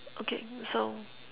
okay so